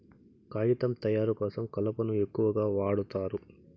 కాగితం తయారు కోసం కలపను ఎక్కువగా వాడుతారు